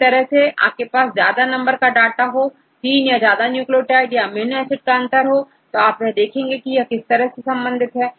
इसी तरह से यदि आपके पास ज्यादा नंबर का डाटा हो 3 या ज्यादा न्यूक्लियोटाइड या अमीनो एसिड का अंतर हो तो आप यह देखेंगे कि यह किस तरह संबंधित है